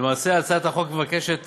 למעשה, הצעת החוק מבקשת